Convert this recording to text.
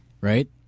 Right